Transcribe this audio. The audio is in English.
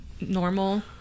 normal